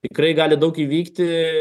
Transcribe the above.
tikrai gali daug įvykti